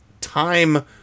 time